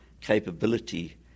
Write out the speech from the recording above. capability